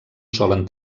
solen